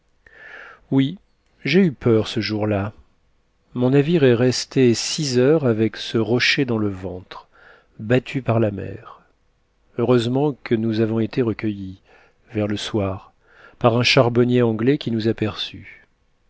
oui j'ai eu peur ce jour-là mon navire est resté six heures avec ce rocher dans le ventre battu par la mer heureusement que nous avons été recueillis vers le soir par un charbonnier anglais qui nous aperçut